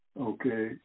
okay